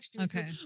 Okay